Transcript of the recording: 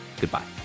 Goodbye